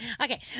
Okay